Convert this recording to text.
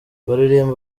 baririmba